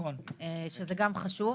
שזה גם חשוב